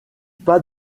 pas